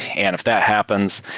and if that happens,